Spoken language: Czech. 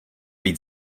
být